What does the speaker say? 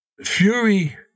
Fury